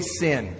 sin